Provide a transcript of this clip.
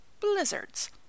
blizzards